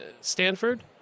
Stanford